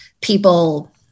people